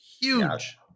huge